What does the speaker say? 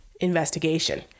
investigation